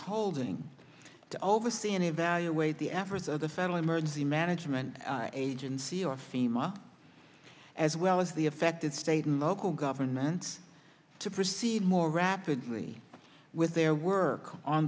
holding to oversee and evaluate the efforts of the federal emergency management agency of sima as well as the affected state and local governments to proceed more rapidly with their work on